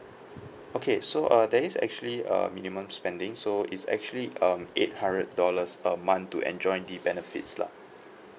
okay so uh there is actually a minimum spending so it's actually um eight hundred dollars a month to enjoy the benefits lah